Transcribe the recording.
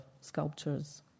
sculptures